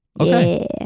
Okay